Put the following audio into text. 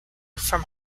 from